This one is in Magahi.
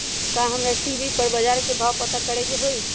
का हमरा टी.वी पर बजार के भाव पता करे के होई?